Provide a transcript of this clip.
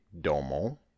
domo